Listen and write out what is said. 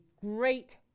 great